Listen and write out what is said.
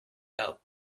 out